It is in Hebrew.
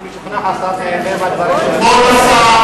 כבוד השר